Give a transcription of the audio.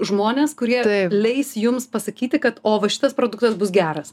žmones kurie leis jums pasakyti kad o va šitas produktas bus geras